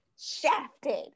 shafted